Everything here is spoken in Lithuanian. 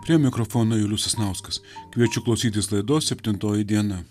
prie mikrofono julius sasnauskas kviečiu klausytis laidos septintoji diena